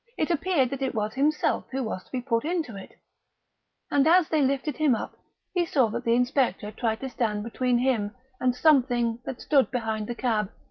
it appeared that it was himself who was to be put into it and as they lifted him up he saw that the inspector tried to stand between him and something that stood behind the cab,